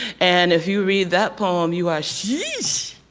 and if you read that poem you are sheesh!